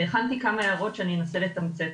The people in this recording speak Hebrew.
הכנתי כמה הערות שאני נותנת.